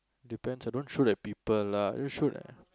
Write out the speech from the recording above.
depends I don't shoot at people lah you shoot at